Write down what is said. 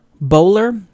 Bowler